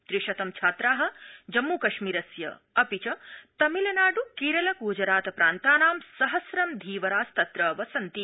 त्रि शतं छात्रा जम्मुकश्मीरस्य अपि च तमिलनाड़ केरल ग्जरात प्रान्तानां सहस्रं धीवरास्तत्र वसन्ति